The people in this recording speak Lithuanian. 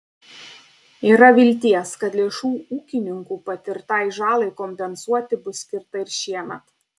yra vilties kad lėšų ūkininkų patirtai žalai kompensuoti bus skirta ir šiemet